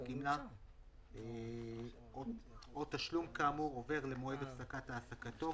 גמלה תשלום כאמור עובר למועד הפסקת העסקתו.